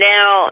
Now